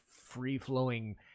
free-flowing